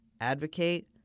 Advocate